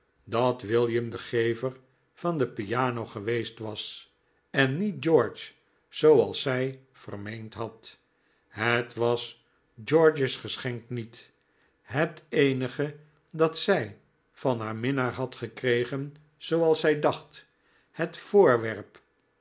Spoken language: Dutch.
dat william de gever van de piano geweest was en niet george zooals zij vermeend had het was george's geschenk niet het eenige dat zij van haar minnaar had gekregen zooals zij dacht het voorwerp